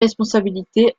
responsabilités